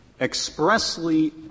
expressly